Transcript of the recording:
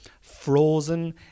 frozen